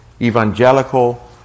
evangelical